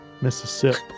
Mississippi